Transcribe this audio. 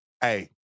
Hey